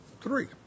Three